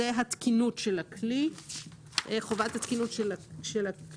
זאת חובת התקינות של הכלי.